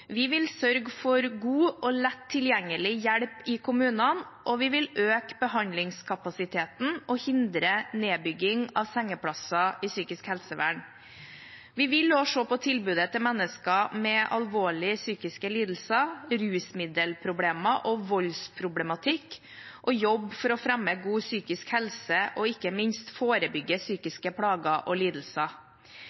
Vi vil sørge for god og lett tilgjengelig hjelp i kommunene, og vi vil øke behandlingskapasiteten og hindre nedbygging av sengeplasser i psykisk helsevern. Vi vil også se på tilbudet til mennesker med alvorlige psykiske lidelser, rusmiddelproblemer og voldsproblematikk og jobbe for å fremme god psykisk helse og ikke minst forebygge